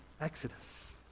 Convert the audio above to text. Exodus